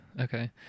okay